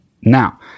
now